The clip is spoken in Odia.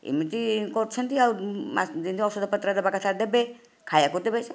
ଏମିତି କରୁଛନ୍ତି ଆଉ ଯେମିତି ଔଷଧପତ୍ର ଦେବା କଥା ଦେବେ ଖାଇବାକୁ ଦେବେ